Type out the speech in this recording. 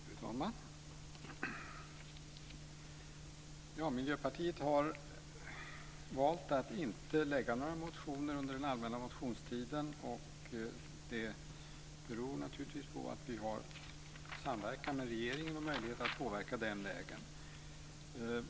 Fru talman! Miljöpartiet har valt att inte lägga fram några motioner under den allmänna motionstiden. Det beror naturligtvis på att vi har samverkan med regeringen och möjlighet att påverka den vägen.